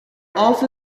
also